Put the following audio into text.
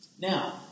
Now